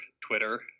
Twitter